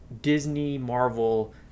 Disney-Marvel-